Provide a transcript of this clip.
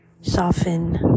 soften